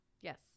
yes